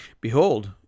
Behold